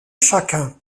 chacun